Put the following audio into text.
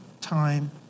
time